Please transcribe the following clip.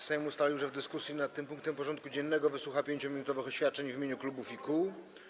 Sejm ustalił, że w dyskusji nad tym punktem porządku dziennego wysłucha 5-minutowych oświadczeń w imieniu klubów i kół.